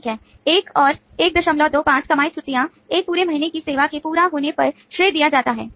ठीक है 1 और 125 कमाएँ छुट्टी एक पूरे महीने की सेवा के पूरा होने पर श्रेय दिया जाता है